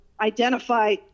identify